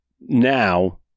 now